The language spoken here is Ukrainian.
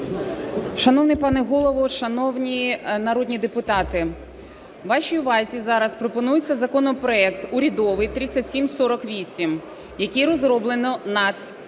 Шановний пане Голово, шановні народні депутати! Вашій увазі зараз пропонується законопроект урядовий 3748, який розроблено НАДС